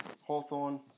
Hawthorne